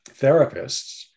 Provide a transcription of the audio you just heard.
therapists